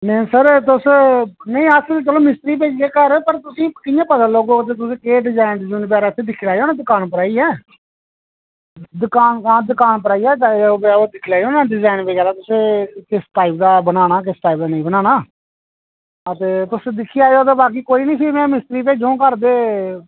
नेईं सर तुस नेईं अस चलो मिस्त्री भेजगे घर पर तुसेंगी कि'यां पता लग्गग कि तुसें केह् डिजाइन बगैरा इत्थै दिक्खी लैएओ ना दकान उप्पर आइयै दकान हां दकान पर आइयै ओह् दिक्खी लैएओ ना डिजाइन बगैरा तुसें किस टाइप दा बनाना किस टाइप दा नेईं बनाना अते तुस दिक्खी आएओ ते बाकी कोई नी इसी में मिस्त्री भेजङ घर ते